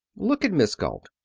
look at miss galt.